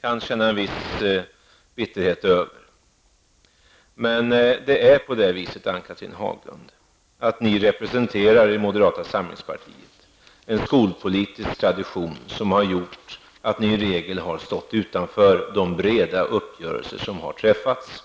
kan känna en viss bitterhet över. Men det är så, Ann-Cathrine Haglund, att ni i moderata samlingspartiet representerar en skolpolitisk tradition, som har gjort att ni i regel har stått utanför de breda uppgörelser som har träffats.